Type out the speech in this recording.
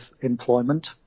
employment